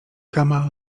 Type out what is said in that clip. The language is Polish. kama